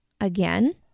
again